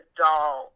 doll